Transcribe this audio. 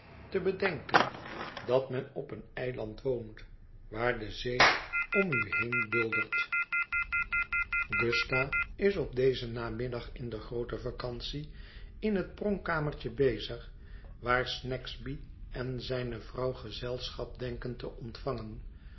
te bedenken dat men op een eiland woont waar de zee om u heen buldert gusta is op dezen namiddag in de groote vacantie in het pronkkamertje bezig waar snagsby en zijne vrouw gezelschap denken te ontvangen